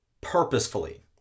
purposefully